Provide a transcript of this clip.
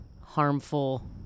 harmful